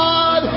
God